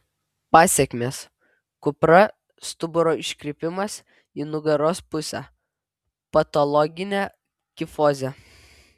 pasekmės kupra stuburo iškrypimas į nugaros pusę patologinė kifozė